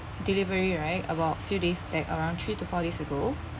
delivery right about few days back around three to four days ago